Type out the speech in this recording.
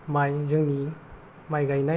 माइ जोंनि माइ गायनाय